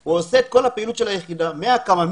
הוא עושה את כל הפעילות של היחידה מההקמה,